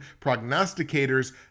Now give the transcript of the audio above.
Prognosticators